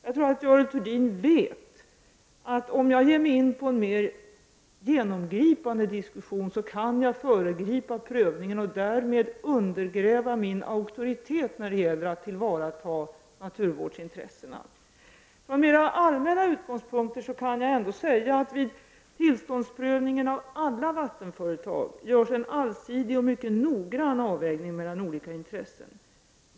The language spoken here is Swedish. Jag tror att Görel Thurdin vet, att om jag ger mig in på en mer genomgripande diskussion, kan jag föregripa prövningen och därmed undergräva min auktoritet när det gäller att tillvarata naturvårdsintressena. Från mera allmänna utgångspunkter kan jag ändå säga att det vid tillståndsprövningen för alla vattenföretag görs en allsidig och mycket noggrann avvägning mellan olika intressen.